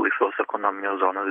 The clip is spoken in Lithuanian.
laisvos ekonominės zonos